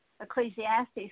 Ecclesiastes